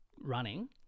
running